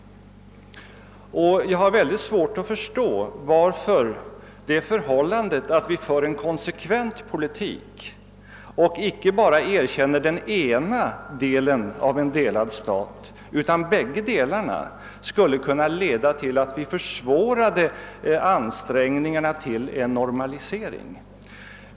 Jag har mycket svårt att förstå varför en sådan förändring, att vi för en konsekvent politik och erkänner inte bara den ena delen av en delad stat utan båda delarna, skulle kunna leda till att vi försvårade en normalisering.